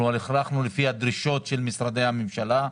אנחנו הלכנו לפי הדרישות של משרדי הממשלה.